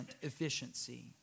efficiency